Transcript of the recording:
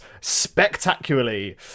spectacularly